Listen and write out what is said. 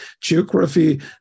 geography